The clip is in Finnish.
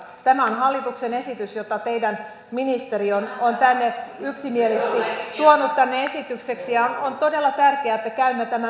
tämä on hallituksen esitys jonka teidän ministerinne on yksimielisesti tuonut tänne esitykseksi ja on todella tärkeää että käymme tämän läpi